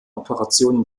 operationen